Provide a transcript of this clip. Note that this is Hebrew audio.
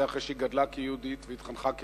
זה אחרי שהיא גדלה כיהודית והתחנכה כיהודית,